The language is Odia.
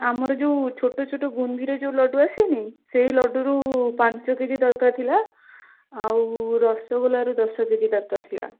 ଆମର ଯେଉଁ ଛୋଟ ଛୋଟ ବୁନ୍ଦିର ଯେଉଁ ଲଡ଼ୁ ଆସେନି ସେଇ ଲଡ଼ୁରୁ ପାଞ୍ଚ କେଜି ଦରକାର ଥିଲା ଆଉ ରସଗୋଲାରୁ ଦଶ କେଜି ଦରକାର ଥିଲା